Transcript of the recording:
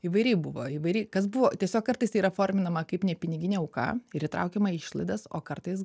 įvairiai buvo įvairiai kas buvo tiesiog kartais tai yra forminama kaip nepiniginė auka ir įtraukiama į išlaidas o kartais